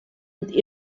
with